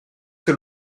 que